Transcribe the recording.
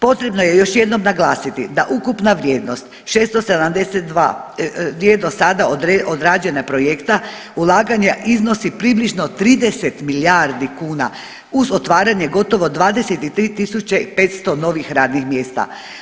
Potrebno je još jednom naglasiti da ukupna vrijednost 672 je dosada odrađena projekata ulaganja iznosi približno 30 milijardi kuna uz otvaranje gotovo 23.500 novih radnih mjesta.